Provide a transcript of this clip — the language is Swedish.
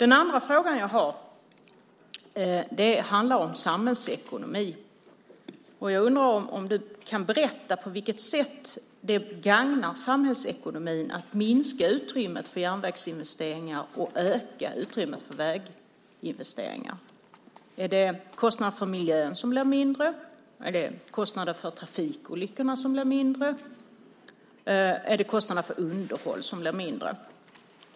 Den andra frågan som jag har handlar om samhällsekonomi. Jag undrar om du kan berätta på vilket sätt det gagnar samhällsekonomin att minska utrymmet för järnvägsinvesteringar och öka utrymmet för väginvesteringar. Är det kostnaderna för miljön som blir mindre? Är det kostnaderna för trafikolyckorna som blir mindre? Är det kostnaderna för underhåll som blir mindre?